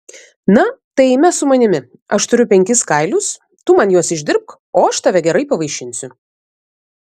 na tai eime su manimi aš turiu penkis kailius tu man juos išdirbk o aš tave gerai pavaišinsiu